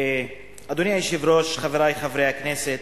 אדוני היושב-ראש, חברי חברי הכנסת,